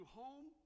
home